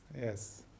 yes